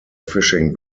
fishing